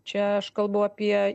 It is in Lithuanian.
čia aš kalbu apie